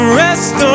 rest